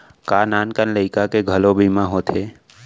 का नान कन लइका के घलो बीमा होथे?